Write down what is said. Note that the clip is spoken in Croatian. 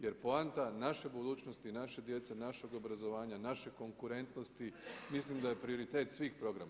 Jer poanta naše budućnosti i naše djece, našeg obrazovanja, naše konkurentnosti mislim da je prioritet svih programa.